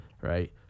right